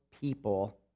people